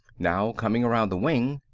now, coming around the wing,